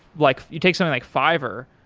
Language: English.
like you take something like fiverr,